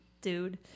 dude